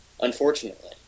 unfortunately